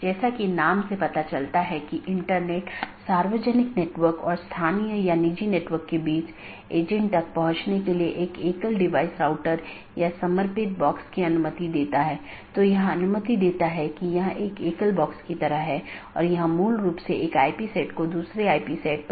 इसलिए आप देखते हैं कि एक BGP राउटर या सहकर्मी डिवाइस के साथ कनेक्शन होता है यह अधिसूचित किया जाता है और फिर कनेक्शन बंद कर दिया जाता है और अंत में सभी संसाधन छोड़ दिए जाते हैं